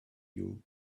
you